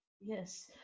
Yes